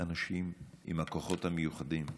האנשים עם הכוחות המיוחדים,